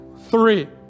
Three